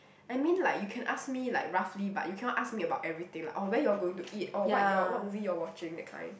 I mean like you can ask me like roughly but you cannot ask me about everything like oh where you all going to eat oh what your what movie you all watching that kind